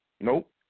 Nope